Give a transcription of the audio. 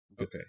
okay